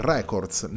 Records